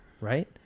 right